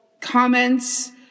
comments